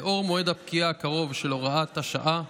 לאור מועד הפקיעה הקרוב של הוראת השעה,